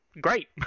great